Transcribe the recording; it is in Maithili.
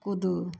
कूदू